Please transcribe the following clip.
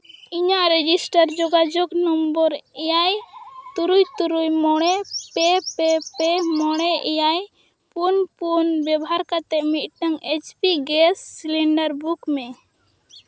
ᱤᱧᱟᱹᱜ ᱨᱮᱡᱤᱥᱴᱟᱨ ᱡᱳᱜᱟᱡᱳᱜᱽ ᱱᱚᱢᱵᱚᱨ ᱮᱭᱟᱭ ᱛᱩᱨᱩᱭ ᱛᱩᱨᱩᱭ ᱢᱚᱬᱮ ᱯᱮ ᱯᱮ ᱢᱚᱬᱮ ᱮᱭᱟᱭ ᱯᱩᱱ ᱵᱮᱵᱷᱟᱨ ᱠᱟᱛᱮᱫ ᱢᱤᱫᱴᱟᱱ H P gas cylinder book ᱢᱮ